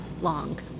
long